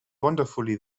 wonderfully